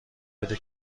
بده